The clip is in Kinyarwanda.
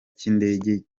cy’indege